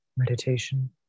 Meditation